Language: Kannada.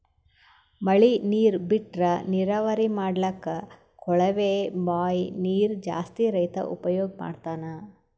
ಮಳಿ ನೀರ್ ಬಿಟ್ರಾ ನೀರಾವರಿ ಮಾಡ್ಲಕ್ಕ್ ಕೊಳವೆ ಬಾಂಯ್ ನೀರ್ ಜಾಸ್ತಿ ರೈತಾ ಉಪಯೋಗ್ ಮಾಡ್ತಾನಾ